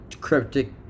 cryptic